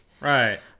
Right